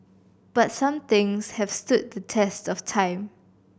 but some things have stood the test of time